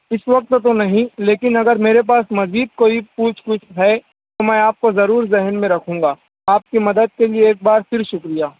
اِس وقت تو نہیں لیکن اگر میرے پاس مزید کوئی پوچھ گچھ ہے تو میں آپ کو ضرور ذہن میں رکھوں گا آپ کی مدد کے لیے ایک بار پھر شُکریہ